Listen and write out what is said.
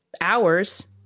hours